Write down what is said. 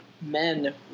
men